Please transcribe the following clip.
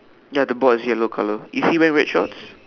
ya the board is yellow colour is he wearing red shorts